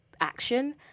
action